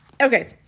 Okay